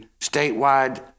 statewide